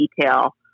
detail